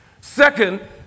Second